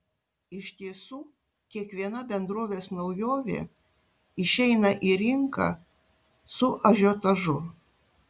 iš tiesų kiekviena bendrovės naujovė išeina į rinką su ažiotažu